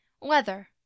weather